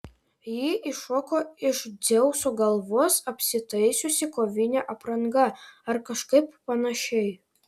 ji iššoko iš dzeuso galvos apsitaisiusi kovine apranga ar kažkaip panašiai